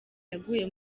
yaguye